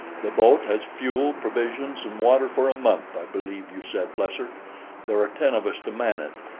the boat has fuel, provisions and water for a month, i believe you said, plesser there are ten of us to man it.